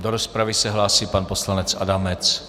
Do rozpravy se hlásí pan poslanec Adamec.